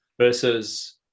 versus